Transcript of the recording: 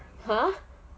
!huh!